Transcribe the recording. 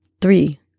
three